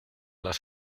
las